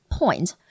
point